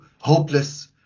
hopeless